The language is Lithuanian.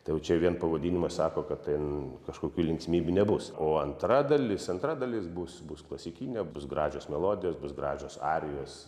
tau jau čia vien pavadinimas sako kad ten kažkokių linksmybių nebus o antra dalis antra dalis bus bus klasikinė bus gražios melodijos bus gražios arijos